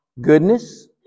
goodness